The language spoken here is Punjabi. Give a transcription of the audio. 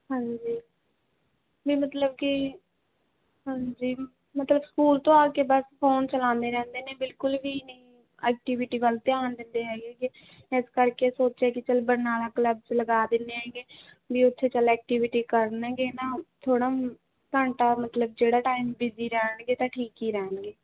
ਹਾਂਜੀ ਵੀ ਮਤਲਬ ਕਿ ਹਾਂਜੀ ਮਤਲਬ ਸਕੂਲ ਤੋਂ ਆ ਕੇ ਬਸ ਫੋਨ ਚਲਾਉਂਦੇ ਰਹਿੰਦੇ ਨੇ ਬਿਲਕੁਲ ਵੀ ਨਹੀਂ ਐਕਟੀਵਿਟੀ ਵੱਲ ਧਿਆਨ ਦਿੰਦੇ ਹੈਗੇ ਗੇ ਇਸ ਕਰਕੇ ਸੋਚਿਆ ਕਿ ਚੱਲ ਬਰਨਾਲਾ ਕਲੱਬ 'ਚ ਲਗਾ ਦਿੰਦੇ ਹੈਗੇ ਵੀ ਉੱਥੇ ਚੱਲ ਐਕਟੀਵਿਟੀ ਕਰਨਗੇ ਨਾ ਥੋੜ੍ਹਾ ਘੰਟਾ ਮਤਲਬ ਜਿਹੜਾ ਟਾਈਮ ਬਿਜੀ ਰਹਿਣਗੇ ਤਾਂ ਠੀਕ ਹੀ ਰਹਿਣਗੇ